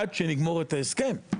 עד שנגמור את ההסכם,